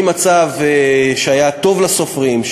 ממצב שהיה טוב לסופרים,